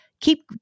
keep